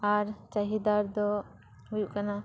ᱟᱨ ᱪᱟᱦᱤᱫᱟᱨ ᱫᱚ ᱦᱩᱭᱩᱜ ᱠᱟᱱᱟ